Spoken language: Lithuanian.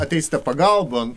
ateisite pagalbon